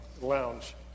lounge